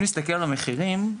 אם נסתכל על המחירים,